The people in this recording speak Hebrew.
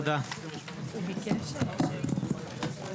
הישיבה ננעלה בשעה 16:35.